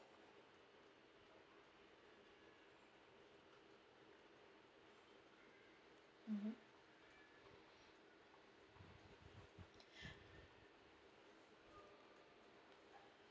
mmhmm